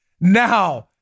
Now